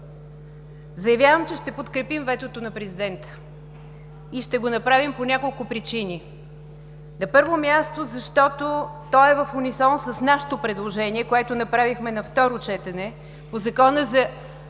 Заявявам, че ще подкрепим ветото на Президента и ще го направим по няколко причини. На първо място, защото то е в унисон с нашето предложение, което направихме на второ четене по Закона за